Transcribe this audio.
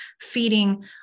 feeding